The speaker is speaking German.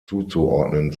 zuzuordnen